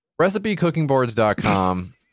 Recipecookingboards.com